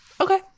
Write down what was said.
okay